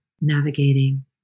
navigating